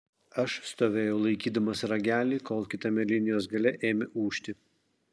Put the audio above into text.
aš stovėjau laikydamas ragelį kol kitame linijos gale ėmė ūžti